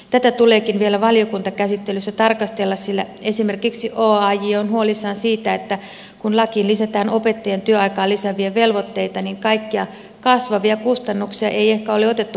tätä tuleekin vielä valiokuntakäsittelyssä tarkastella sillä esimerkiksi oaj on huolissaan siitä että kun lakiin lisätään opettajien työaikaa lisääviä velvoitteita niin kaikkia kasvavia kustannuksia ei ehkä ole otettu huomioon